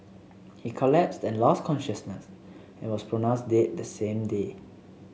he collapsed and lost consciousness and was pronounced dead the same day